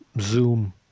Zoom